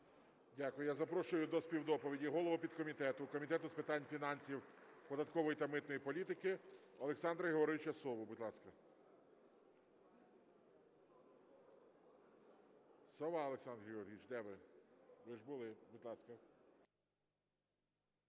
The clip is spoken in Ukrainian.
Дякую. Я запрошую до співдоповіді голову підкомітету Комітету з питань фінансів, податкової та митної політики Олександра Георгійовича Сову. Будь ласка. Сова Олександр Георгійович, де ви? Ви ж були. Будь ласка.